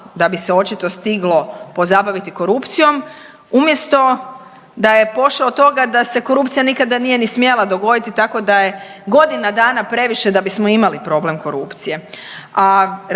da bi se očito stiglo pozabaviti korupcijom, umjesto da je pošao od toga da se korupcija nije ni smjela dogoditi tako da je godina dana previše da bismo imali problem korupcije.